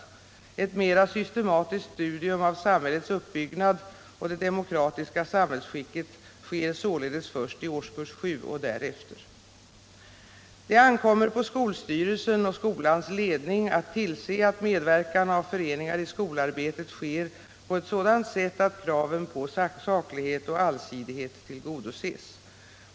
Ett mera systematiskt studium av samhällets uppbyggnad och det demokratiska samhällsskicket sker således först i årskurs 7 och därefter. Det ankommer på skolstyrelsen och skolans ledning att tillse att medverkan av föreningar i skolarbetet sker på ett sådant sätt att kraven på saklighet och allsidighet tillgodoses.